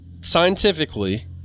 Scientifically